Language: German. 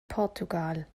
portugal